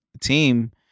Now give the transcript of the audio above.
team